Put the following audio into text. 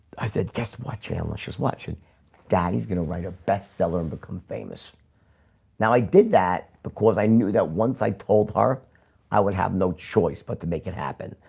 i said guess my channel is just watching daddy's gonna write a best-seller and become famous now i did that because i knew that once i told her i would have no choice but to make it happen.